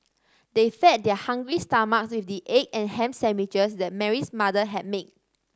they fed their hungry stomachs with the egg and ham sandwiches that Mary's mother had made